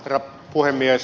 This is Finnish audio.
herra puhemies